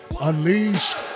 Unleashed